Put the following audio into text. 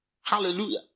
Hallelujah